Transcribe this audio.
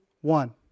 one